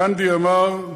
גנדי אמר,